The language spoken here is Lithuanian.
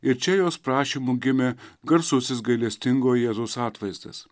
ir čia jos prašymu gimė garsusis gailestingo jėzaus atvaizdas